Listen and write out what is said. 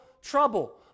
trouble